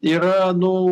yra nu